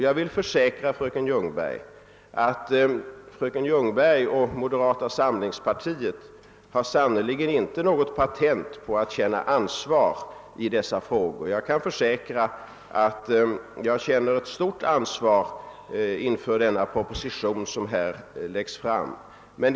Jag vill försäkra fröken Ljungberg att fröken Ljungberg och moderata samlingspartiet sannerligen inte har något patent på att känna ansvar i dessa frågor. Jag känner ett stort ansvar inför den proposition som här har framlagts.